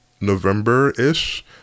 November-ish